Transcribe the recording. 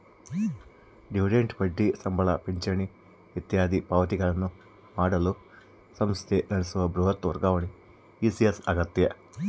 dividend ಬಡ್ಡಿ ಸಂಬಳ ಪಿಂಚಣಿ ಇತ್ಯಾದಿ ಪಾವತಿಗಳನ್ನು ಮಾಡಲು ಸಂಸ್ಥೆ ನಡೆಸುವ ಬೃಹತ್ ವರ್ಗಾವಣೆ ಇ.ಸಿ.ಎಸ್ ಆಗ್ಯದ